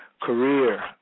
Career